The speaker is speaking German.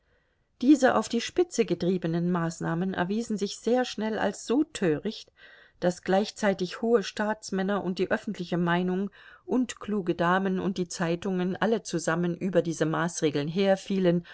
diese auf die spitze getriebenen maßnahmen erwiesen sich sehr schnell als so töricht daß gleichzeitig hohe staatsmänner und die öffentliche meinung und kluge damen und die zeitungen alle zusammen über diese maßregeln herfielen